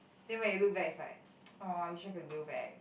then when you look back it's like !aww! I wish can go back